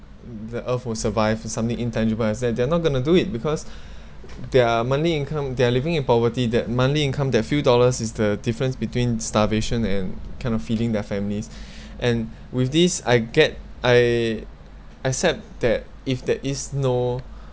the earth would survive something intangible as that they're not going to do it because their monthly income they're living in poverty that monthly income that few dollars is the difference between starvation and kind of feeding their families and with this I get I accept that if there is no